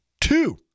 Two